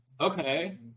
Okay